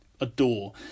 adore